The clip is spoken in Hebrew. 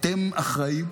אתם אחראים,